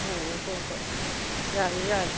ꯑꯣ ꯍꯣꯏ ꯍꯣꯏ ꯌꯥꯏꯌꯦ ꯌꯥꯏ